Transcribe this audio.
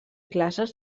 classes